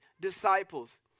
disciples